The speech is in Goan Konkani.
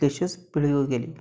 कितल्योश्योच पिळग्यो गेली